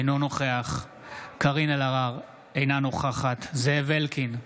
אינו נוכח קארין אלהרר, אינה נוכחת זאב אלקין,